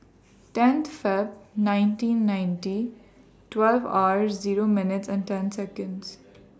tenth Feb nineteen ninety twelve hours Zero minutes and ten Seconds